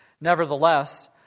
Nevertheless